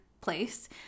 place